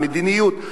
את המדיניות,